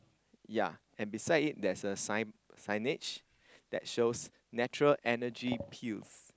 ya and beside it there's a sign signage that shows natural Energy Pills